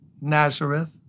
Nazareth